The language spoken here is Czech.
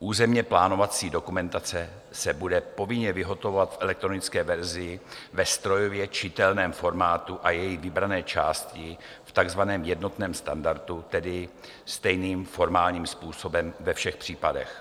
Územněplánovací dokumentace se bude povinně vyhotovovat v elektronické verzi ve strojově čitelném formátu a jejich vybrané části v takzvaném jednotném standardu, tedy stejným formálním způsobem ve všech případech.